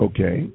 Okay